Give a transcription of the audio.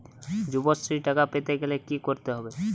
যুবশ্রীর টাকা পেতে গেলে কি করতে হবে?